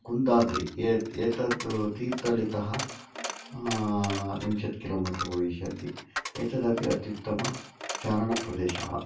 कुन्दाद्रि ए एतद् तीर्थळ्ळितः विंशतिः किलोमीटर् भविष्यति एतदपि अत्युत्तमः चारणप्रदेशः